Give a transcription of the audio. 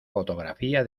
fotografía